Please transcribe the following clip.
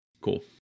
Cool